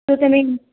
તો તમે